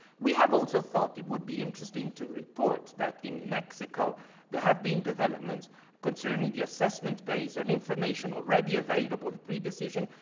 we have also thought it would be interesting to report that in mexico there have been developments concerning the assessment phase on information already available, the pre-decision,